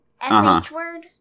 S-H-word